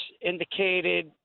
indicated